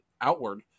outward